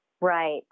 Right